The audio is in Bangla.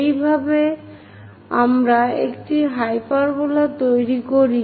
এইভাবে আমরা একটি হাইপারবোলা তৈরি করি